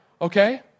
Okay